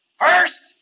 First